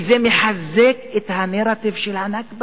כי זה מחזק את הנרטיב של הנכבה.